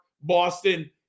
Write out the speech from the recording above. Boston